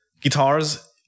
guitars